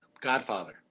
Godfather